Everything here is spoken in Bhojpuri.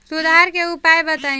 सुधार के उपाय बताई?